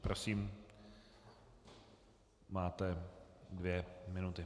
Prosím, máte dvě minuty.